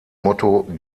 motto